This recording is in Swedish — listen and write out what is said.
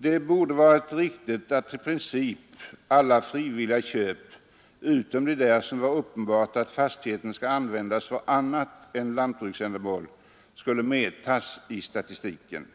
Det borde vara riktigt att i princip alla frivilliga köp utom de i fråga om vilka det varit uppenbart att fastigheten skall användas för annat än lantbruksändamål skulle medtagas i statistiken.